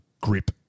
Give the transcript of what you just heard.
grip